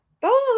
Bye